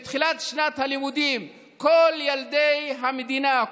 בתחילת שנת הלימודים כל ילדי המדינה,